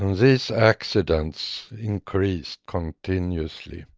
these accidents increased continuously.